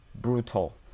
brutal